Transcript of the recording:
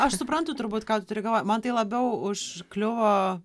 aš suprantu turbūt ką turi galvoj man tai labiau užkliuvo